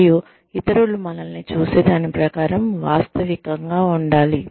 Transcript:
మరియు ఇతరులు మనల్ని చూసేదాని ప్రకారం వాస్తవికంగా ఉండాలి